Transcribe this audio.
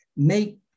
make